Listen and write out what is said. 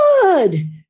Good